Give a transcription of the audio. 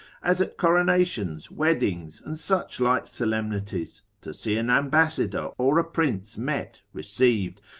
as at coronations, weddings, and such like solemnities, to see an ambassador or a prince met, received,